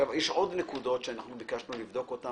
יש עוד נקודות שביקשנו לבדוק,